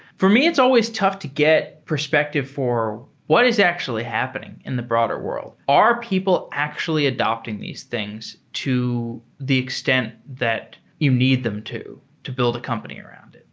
for me, it's always tough to get perspective for what is actually happening in the broader world. are people actually adopting these things to the extent that you need them to to build a company around?